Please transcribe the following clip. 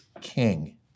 king